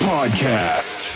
Podcast